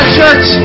church